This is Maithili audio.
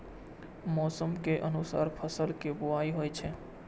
मौसम के अनुसार फसल के बुआइ होइ छै